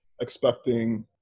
expecting